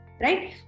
right